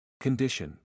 Condition